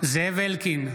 זאב אלקין,